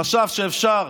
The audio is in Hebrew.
חשב שאפשר,